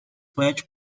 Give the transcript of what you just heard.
wedge